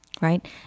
right